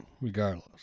regardless